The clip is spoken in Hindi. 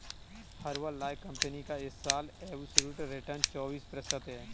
हर्बललाइफ कंपनी का इस साल एब्सोल्यूट रिटर्न चौबीस प्रतिशत है